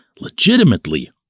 legitimately